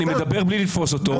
אני מדבר בלי לתפוס אותו.